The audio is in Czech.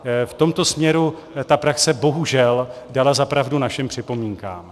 V tomto směru praxe bohužel dala za pravdu našim připomínkám.